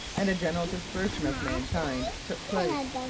and a general dispersion of mankind took place.